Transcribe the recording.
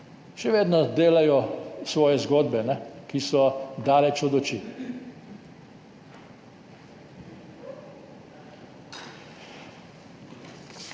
Še vedno delajo svoje zgodbe, ki so daleč od oči.